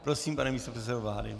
Prosím, pane místopředsedo vlády.